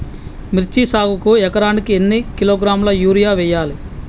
మిర్చి సాగుకు ఎకరానికి ఎన్ని కిలోగ్రాముల యూరియా వేయాలి?